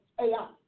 AI